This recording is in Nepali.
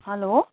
हेलो